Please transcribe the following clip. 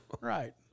right